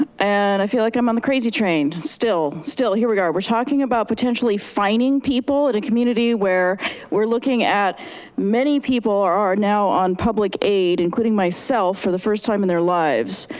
and i feel like i'm on the crazy train still. still here we are. we're talking about potentially fining people in a community where we're looking at many people are are now on public aid, including myself for the first time in their lives.